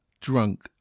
drunk